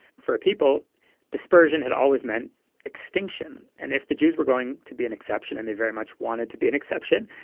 for people dispersion had always meant extinction and if the jews were going to be an exception, and they very much wanted to be an exception,